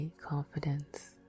confidence